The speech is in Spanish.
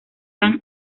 tan